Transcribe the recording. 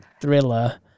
thriller